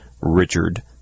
Richard